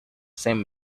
same